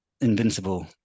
Invincible